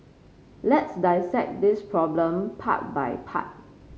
let's dissect this problem part by part